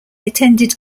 attended